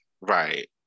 right